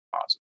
positive